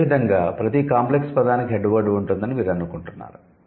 అదే విధంగా ప్రతీ 'కాంప్లెక్స్' పదానికి 'హెడ్ వర్డ్' ఉంటుందని మీరు అనుకుంటున్నారా